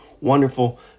wonderful